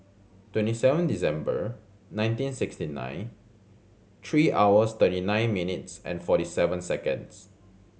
twenty seven December nineteen sixty nine three hours thirty nine minutes and forty seven seconds